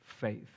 faith